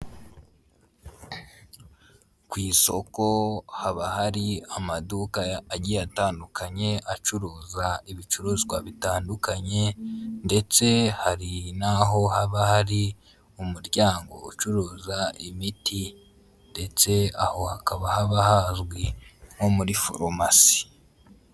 Ku isoko ahaba amaduka agiye atandukanye acuruza ibicuruzwa bitandukanye ndetse hari n'aho haba hari umuryango ucuruza imiti ndetse aho hakaba haba hazwi nko muri farumasi.